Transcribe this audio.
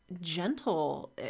gentle